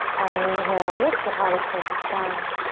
on an inhale, lift your heart up towards the sky.